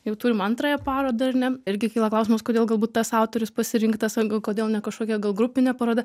jau turim antrąją parą ar ne irgi kyla klausimas kodėl galbūt tas autorius pasirinktas o kodėl ne kažkokia gal grupinė paroda